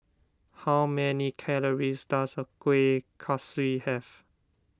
how many calories does a serving of Kueh Kaswi have